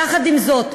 יחד עם זאת,